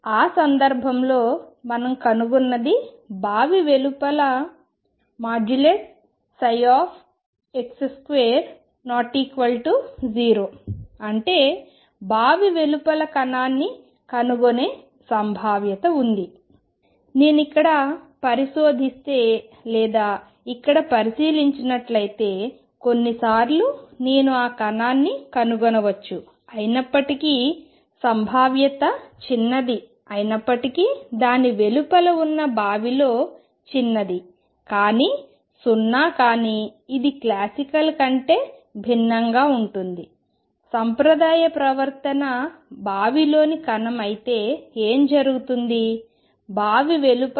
ఆ సందర్భంలో మనం కనుగొన్నది బావి వెలుపల x2≠0 అంటే బావి వెలుపల కణాన్ని కనుగొనే సంభావ్యత ఉంది నేను ఇక్కడ పరిశోధిస్తే లేదా ఇక్కడ పరిశీలించినట్లయితే కొన్నిసార్లు నేను ఆ కణాన్ని కనుగొనవచ్చు అయినప్పటికీ సంభావ్యత చిన్నది అయినప్పటికీ దాని వెలుపల ఉన్న బావిలో చిన్నది కానీ సున్నా కాని ఇది క్లాసికల్ కంటే భిన్నంగా ఉంటుంది సంప్రదాయ ప్రవర్తన బావిలోని కణం అయితే ఏమి జరుగుతుంది బావి వెలుపల ఎప్పటికీ కనుగొనబడదు